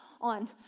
on